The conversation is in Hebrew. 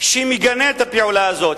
שמגנה את הפעולה הזו,